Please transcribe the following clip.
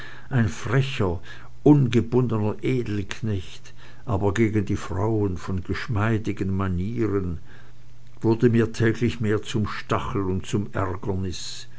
ein frecher ungebundener edelknecht aber gegen die frauen von geschmeidigen manieren wurde mir täglich mehr zum stachel und zum ärgernis